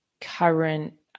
current